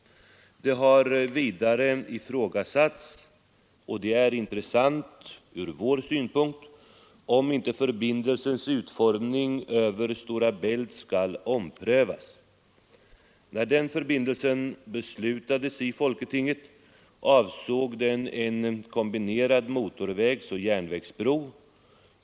Det har vidare ifrågasatts — och det är intressant ur vår synpunkt — om inte förbindelsens utformning över Stora Bält skall omprövas. När den förbindelsen beslutades i folketinget avsåg den en kombinerad motorvägsoch järnvägsbro.